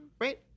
right